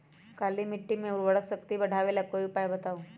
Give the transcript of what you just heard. काली मिट्टी में उर्वरक शक्ति बढ़ावे ला कोई उपाय बताउ?